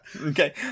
Okay